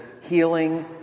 healing